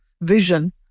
vision